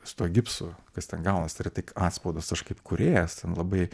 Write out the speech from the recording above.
su tuo gipsu kas ten gaunas yra tik atspaudas aš kaip kūrėjas ten labai